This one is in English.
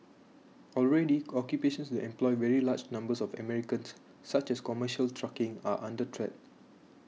already occupations that employ very large numbers of Americans such as commercial trucking are under threat